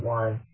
one